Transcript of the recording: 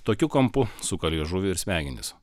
tokiu kampu suka liežuvį ir smegenis